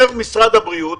אומר משרד הבריאות,